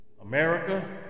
America